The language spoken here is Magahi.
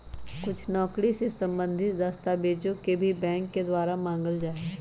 कुछ नौकरी से सम्बन्धित दस्तावेजों के भी बैंक के द्वारा मांगल जा हई